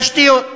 תשתיות,